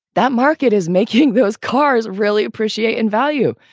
that market is making those cars really appreciate in value.